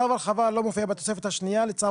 צו הרחבה לא מופיע בתוספת השנייה לצו